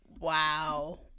Wow